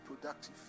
productive